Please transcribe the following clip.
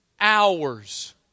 hours